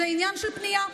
זה עניין של פנייה.